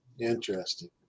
interesting